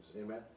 Amen